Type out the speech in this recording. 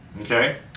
okay